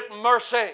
mercy